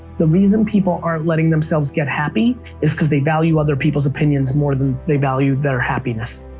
the reason people aren't letting themselves get happy is because they value other people's opinions more than they value their happiness.